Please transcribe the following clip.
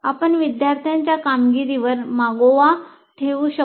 आपण विद्यार्थ्यांच्या कामगिरीवर मागोवा ठेवू शकता